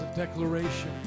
declaration